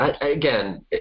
again